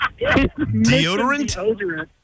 deodorant